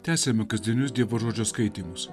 tęsiame kasdienius dievo žodžio skaitymus